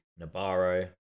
Nabarro